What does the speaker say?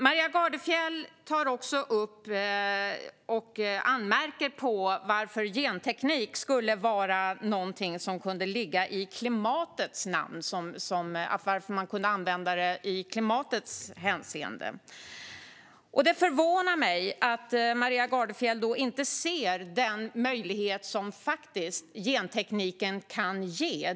Maria Gardfjell tog också upp - och anmärkte på - frågan om att genteknik skulle vara någonting som kunde ligga i klimatets intresse och som kunde användas i dess namn. Det förvånar mig att Maria Gardfjell inte ser den möjlighet som gentekniken faktiskt kan ge.